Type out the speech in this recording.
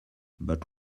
but